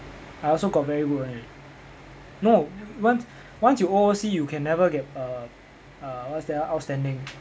I also got very good [one] eh no once once you O_O_C you can never get err uh what's that ah outstanding